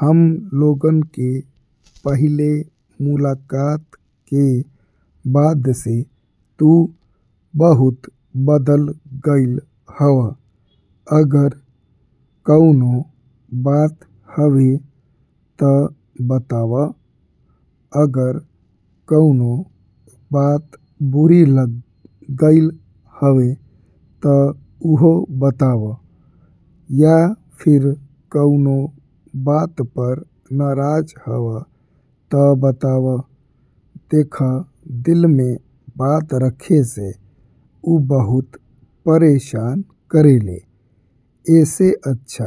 हम लोगन के पहिले मुलाकात के बाद से तू बहुत बदल गइल हवा। अगर कऊनो बात हवे ता बतावा अगर कऊनो बात बुरी लग गइल हवे ता उहो बतावा या फिर कऊनो बात पर नाराज हवा ता बतावा। सेखा दिल में बात रखे से ऊ बहुत परेशान करेलें एसे अच्छा